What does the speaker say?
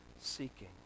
seeking